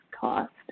cost